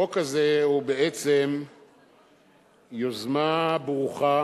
החוק הזה הוא בעצם יוזמה ברוכה